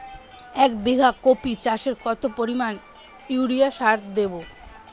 এক বিঘা কপি চাষে কত পরিমাণ ইউরিয়া সার দেবো?